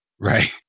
Right